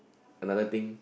another thing